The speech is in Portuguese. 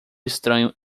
estranho